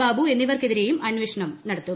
ബാബു എന്നിവർക്കെതിരെയും അന്വേഷണം നടത്തും